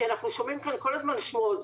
כי אנחנו שומעים כאן כל הזמן שמועות,